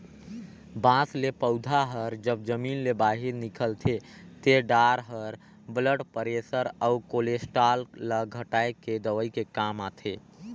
बांस ले पउधा हर जब जमीन ले बहिरे निकलथे ते डार हर ब्लड परेसर अउ केलोस्टाल ल घटाए के दवई के काम आथे